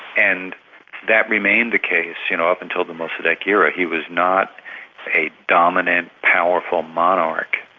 and that remained the case you know up until the mossadeq era, he was not a dominant powerful monarch.